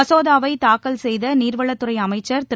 மசோதாவை தாக்கல் செய்த நீர்வளத்துறை அமைச்சர் திரு